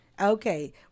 Okay